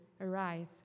arise